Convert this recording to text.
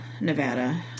Nevada